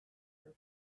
her